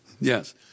Yes